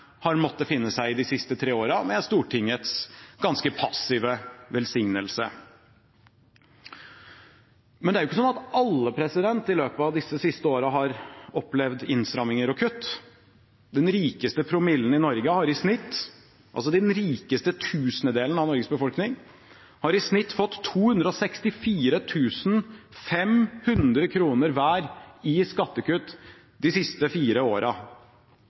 har måttet finne seg i de siste tre årene, med Stortingets ganske passive velsignelse. Det er ikke sånn at alle i løpet av disse siste årene har opplevd innstramninger og kutt. Den rikeste promillen i Norge, altså den rikeste tusendedelen av Norges befolkning, har i snitt fått 264 500 kr hver i skattekutt de siste fire